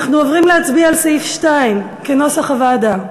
אנחנו עוברים להצביע על סעיף 2, כנוסח הוועדה.